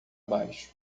baixo